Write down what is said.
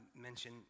mention